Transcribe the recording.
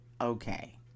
Okay